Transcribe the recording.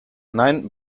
nein